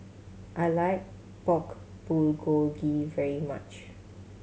I like Pork Bulgogi very much